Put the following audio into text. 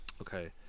Okay